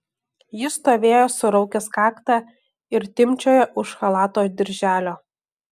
jis stovėjo suraukęs kaktą ir timpčiojo už chalato dirželio